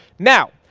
now,